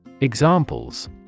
Examples